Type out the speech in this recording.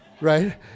right